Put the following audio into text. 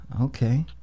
okay